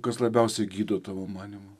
kas labiausiai gydo tavo manymu